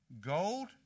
Gold